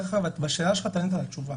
בשאלה שלך ענית תשובה,